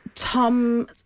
Tom